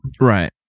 Right